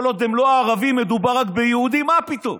כל עוד הם לא ערבים, מדובר רק ביהודים מה פתאום?